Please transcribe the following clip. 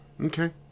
Okay